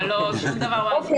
אבל שום דבר לא --- רואים משהו.